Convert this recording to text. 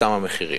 ואתם המחירים.